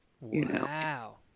Wow